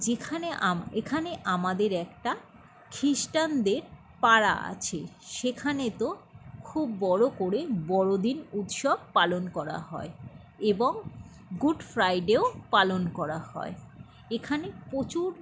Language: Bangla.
যেখানে এখানে আমাদের একটা খ্রিস্টানদের পাড়া আছে সেখানে তো খুব বড়ো করে বড়দিন উৎসব পালন করা হয় এবং গুড ফ্রাইডেও পালন করা হয় এখানে প্রচুর